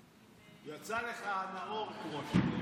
יצא לך הנאור, כמו שנאמר.